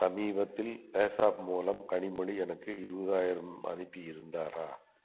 சமீபத்தில் பேஸாப் மூலம் கனிமொழி எனக்கு இருபதாயிரம் அனுப்பி இருந்தாரா